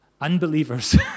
Unbelievers